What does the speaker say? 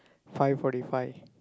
five forty five